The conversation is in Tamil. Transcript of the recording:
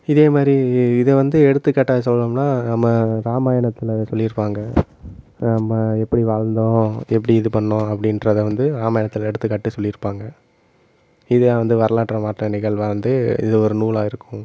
இதே மாதிரி இதை வந்து எடுத்துக்காட்டாக சொல்லணும்னா நம்ம ராமாயணத்தில் சொல்லியிருப்பாங்க நம்ம எப்படி வாழ்ந்தோம் எப்படி இது பண்ணோம் அப்படின்றத வந்து ராமாயணத்தில் எடுத்துக்காட்டி சொல்லியிருப்பாங்க இதை வந்து வரலாற்று மாற்று நிகழ்வா வந்து இது ஒரு நூலருக்கும்